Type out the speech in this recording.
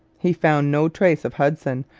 he found no trace of hudson,